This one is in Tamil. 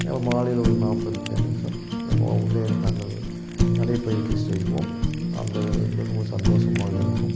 மாலையில் ஒரு நாப்பத்தஞ்சு நிமிடம் உள்ளேயே நாங்கள் நடைப்பயிற்சி செய்வோம் அந்த மிகவும் சந்தோஷமாக இருக்கும்